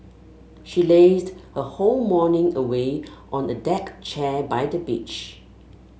she lazed her whole morning away on a deck chair by the beach